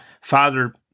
father